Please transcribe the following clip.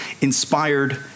inspired